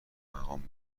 ارمغان